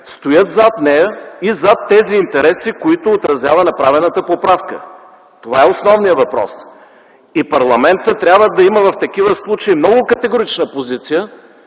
стоят зад нея и зад тези интереси, които отразява направената поправка. Това е основният въпрос и парламентът трябва да има в такива случаи много категорична позиция,